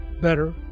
better